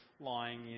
lying